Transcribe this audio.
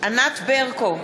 ענת ברקו,